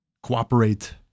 cooperate